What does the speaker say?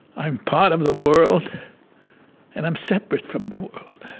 i'm part of the world and i'm separate from the world.